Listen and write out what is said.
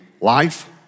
life